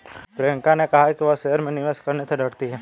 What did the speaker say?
प्रियंका ने कहा कि वह शेयर में निवेश करने से डरती है